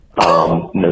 no